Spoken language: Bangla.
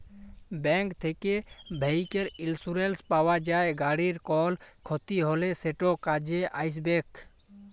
ব্যাংক থ্যাকে ভেহিক্যাল ইলসুরেলস পাউয়া যায়, গাড়ির কল খ্যতি হ্যলে সেট কাজে আইসবেক